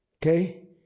Okay